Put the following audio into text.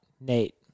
Nate